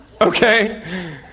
Okay